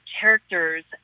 characters